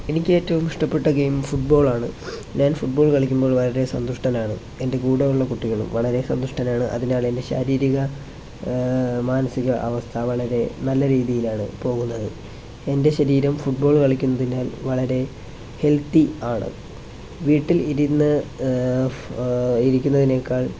എനിക്ക് ഏറ്റവും ഇഷ്ടപ്പെട്ട ഗെയിം ഫുട്ബോളാണ് ഞാൻ ഫുട്ബോൾ കളിക്കുമ്പോൾ വളരെ സന്തുഷ്ടനാണ് എൻ്റെ കൂടെയുള്ള കുട്ടികളും വളരെ സന്തുഷ്ടനാണ് അതിനാൽ എൻ്റെ ശാരീരിക മാനസിക അവസ്ഥ വളരെ നല്ല രീതിയിലാണ് പോകുന്നത് എൻ്റെ ശരീരം ഫുട്ബോൾ കളിക്കുന്നതിനാൽ വളരെ ഹെൽത്തി ആണ് വീട്ടിൽ ഇരുന്നു ഫ് ഇരിക്കുന്നതിനേക്കാൾ